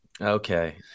Okay